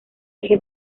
eje